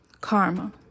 karma